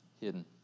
hidden